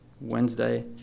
Wednesday